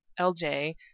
LJ